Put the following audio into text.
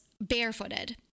barefooted